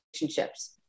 relationships